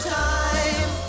time